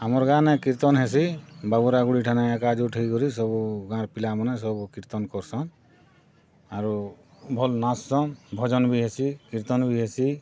ଆମର୍ ଗାଁ ନେ କୀର୍ତ୍ତନ ହେସି ବାବୁରା ଗୁଡ଼ି ଠାନେ ଏକା ଯୋଉଠି କରି ସବୁ ଗାଁର ପିଲାମାନେ ସବୁ କୀର୍ତ୍ତନ କରସନ୍ ଆରୁ ଭଲ୍ ନାଚସନ୍ ଭଜନ ବି ହେସି କୀର୍ତ୍ତନ ବି ହେସି